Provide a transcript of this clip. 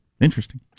Interesting